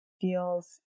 feels